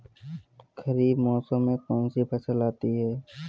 खरीफ मौसम में कौनसी फसल आती हैं?